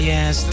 Yes